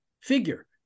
figure